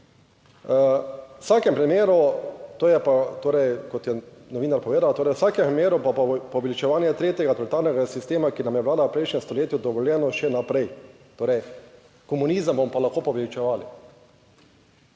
v vsakem primeru, to je pa torej, kot je novinar povedal, torej v vsakem primeru pa poveličevanje tretjega totalitarnega sistema, ki nam je bila v prejšnjem stoletju dovoljeno še naprej, torej komunizem bomo pa lahko povečevali.